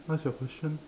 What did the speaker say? what's your question